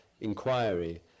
inquiry